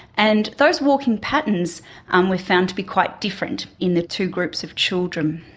and those walking patterns um were found to be quite different in the two groups of children.